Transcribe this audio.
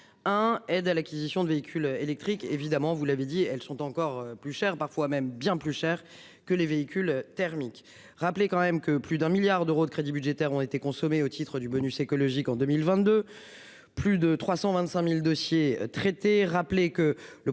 un aide à l'acquisition de véhicules électriques. Évidemment, vous l'avez dit, elles sont encore plus cher parfois même bien plus cher que les véhicules thermiques rappeler quand même que plus d'un milliard d'euros de crédits budgétaires ont été consommés au titre du bonus écologique en 2022. Plus de 325.000 dossiers traités